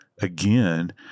again